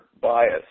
bias